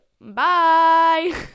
bye